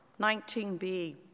19b